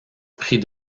prit